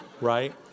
Right